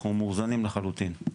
אנחנו מאוזנים לחלוטין.